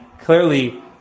clearly